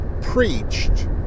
preached